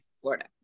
Florida